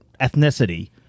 ethnicity